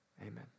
amen